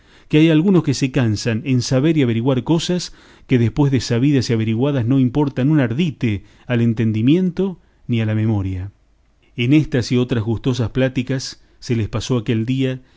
que hay algunos que se cansan en saber y averiguar cosas que después de sabidas y averiguadas no importan un ardite al entendimiento ni a la memoria en estas y otras gustosas pláticas se les pasó aquel día